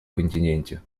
континенте